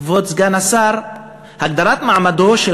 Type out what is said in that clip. כבוד סגן השר, הגדרת מעמדו של